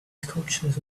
sculptures